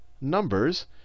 numbers